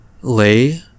Lay